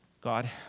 God